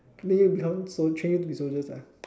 make you become so~ train you to be soldiers lah